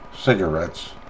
cigarettes